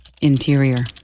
interior